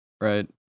right